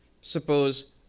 suppose